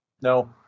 No